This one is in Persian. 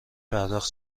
پرداخت